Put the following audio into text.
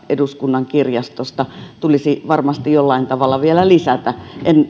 eduskunnan kirjastosta tulisi varmasti jollain tavalla vielä lisätä en